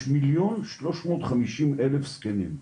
יש כ-1.35 מיליון זקנים,